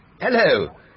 Hello